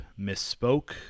misspoke